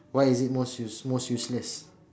why is it most use most useless